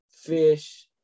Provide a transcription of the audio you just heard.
fish